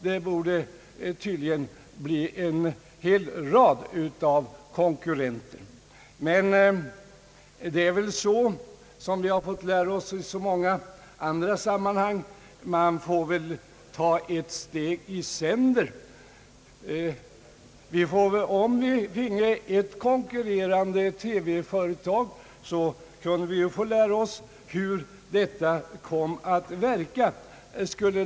Det borde tydligen enligt hans uppfattning bli en hel rad konkurrenter. Men man får väl i detta som i så många andra sammanhang ta ett steg i sänder. Om vi fick ett konkurrerande TV-företag kunde vi lära oss vilka verkningar ett sådant arrangemang skulle få.